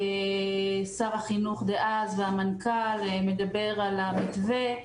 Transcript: שר החינוך דאז, והמנכ"ל, מדבר על המתווה.